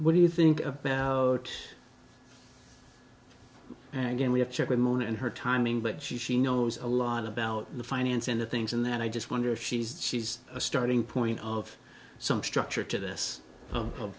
what do you think about and again we have to check with moon and her timing but she knows a lot about the finance and the things in that i just wonder if she's she's a starting point of some structure to this